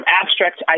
abstract